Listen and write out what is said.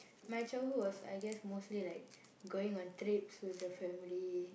my childhood was I guess mostly like going on trips with the family